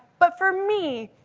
but for me,